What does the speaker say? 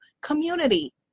community